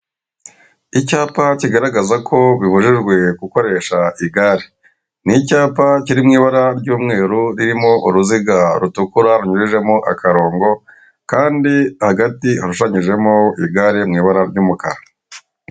Icyapa kigaragaza ko bibujijwe gukoresha igare, ni icyapa kiri mu ibara ry'umweru ririmo uruziga rutukura runyurejemo akarongo kandi hagati hashushanyijemo igare mu ibara ry'umukara.